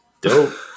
dope